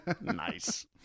nice